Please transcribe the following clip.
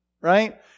right